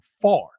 far